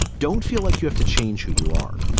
don't feel like you have to change who you are.